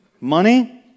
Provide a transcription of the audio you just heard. Money